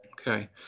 Okay